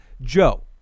Joe